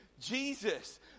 Jesus